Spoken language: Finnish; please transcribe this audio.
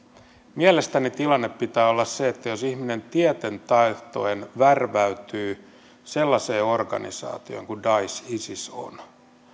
mielestäni tilanteen pitää olla se että jos ihminen tieten tahtoen värväytyy sellaiseen organisaatioon kuin daesh isis on